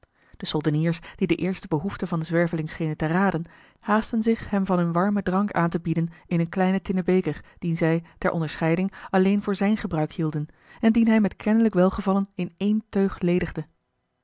de soldeniers die de eerste behoefte van den zwerveling schenen te raden haastten zich hem van hun warmen drank aan te bieden in een kleine tinnen beker dien zij ter onderscheiding alleen voor zijn gebruik hielden en dien hij met kennelijk welgevallen in ééne teug ledigde